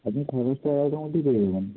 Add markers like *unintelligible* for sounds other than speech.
আপনি খরচটা *unintelligible* পেয়ে যাবেন